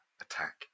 attack